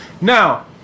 Now